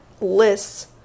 lists